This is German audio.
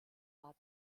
bad